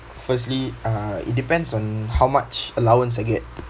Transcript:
firstly uh it depends on how much allowance I get